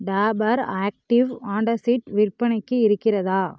Dabur active antacid விற்பனைக்கு இருக்கிறதா